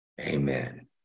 amen